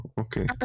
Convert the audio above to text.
Okay